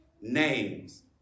Names